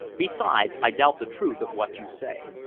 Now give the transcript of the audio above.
besides, i doubt the truth of what you say.